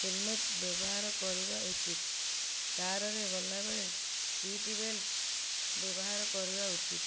helmet ବ୍ୟବହାର କରିବା ଉଚିତ୍ କାର୍ରେ ଗଲାବେଳେ ସିଟ୍ ବେଲ୍ଟ୍ ବ୍ୟବହାର କରିବା ଉଚିତ୍